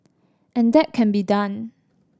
and that can be done